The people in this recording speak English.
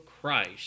Christ